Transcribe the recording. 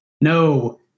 No